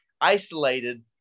isolated